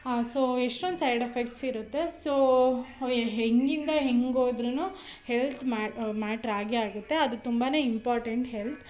so ಎಷ್ಟೊಂದು side effects ಇರುತ್ತೆ so ಹೇಗಿಂದ ಹೇಗೋದ್ರುನು ಹೆಲ್ತ್ ಮ್ಯಾಟ್ರ್ ಆಗೇ ಆಗುತ್ತೆ ಅದು ತುಂಬಾ ಇಂಪಾರ್ಟೆನ್ಟ್ ಹೆಲ್ತ್